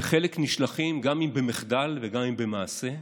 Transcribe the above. וחלק נשלחים, גם אם במחדל וגם אם במעשה.